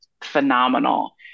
phenomenal